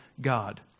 God